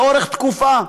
לאורך תקופה.